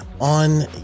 on